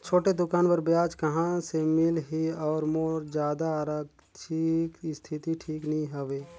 छोटे दुकान बर ब्याज कहा से मिल ही और मोर जादा आरथिक स्थिति ठीक नी हवे?